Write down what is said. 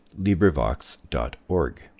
LibriVox.org